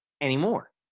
anymore